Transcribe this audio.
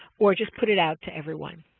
or just put it out to everyone.